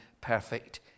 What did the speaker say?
perfect